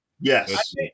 Yes